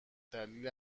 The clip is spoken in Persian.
دلیل